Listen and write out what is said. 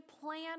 plan